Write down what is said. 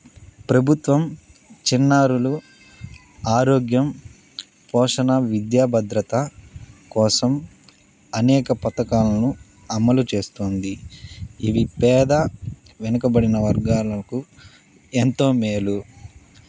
ప్రభుత్వం చిన్నారులు ఆరోగ్యం పోషణ విద్యా భద్రత కోసం అనేక పథకాలను అమలు చేస్తోంది ఇవి పేద వెనుకబడిన వర్గాలకు ఎంతో మేలు